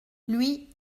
lui